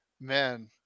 Man